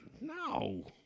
no